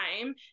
time